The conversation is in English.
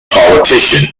politician